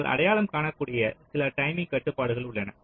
நீங்கள் அடையாளம் காணக்கூடிய சில டைமிங் கட்டுப்பாடுகள் உள்ளன